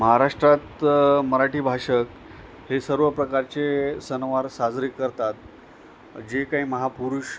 महाराष्ट्रात मराठी भाषक हे सर्व प्रकारचे सणवार साजरे करतात जे काही महापुरुष